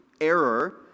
error